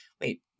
wait